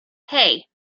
hey